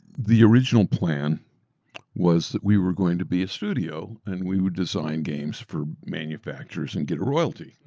the original plan was that we were going to be a studio and we would design games for manufacturers and get a royalty.